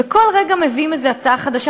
וכל רגע מביאים איזה הצעה חדשה,